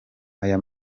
aya